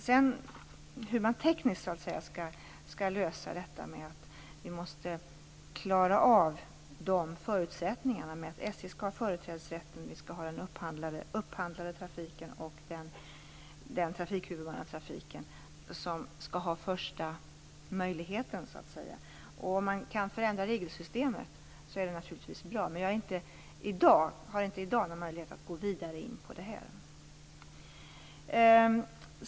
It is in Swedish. Sedan får vi tekniskt lösa detta och klara förutsättningarna med att SJ skall ha företrädesrätten och den upphandlade trafiken och huvudmannatrafiken första möjligheten. Om man kan förändra regelsystemet är det naturligtvis bra, men jag har inte i dag någon möjlighet att gå vidare in på det.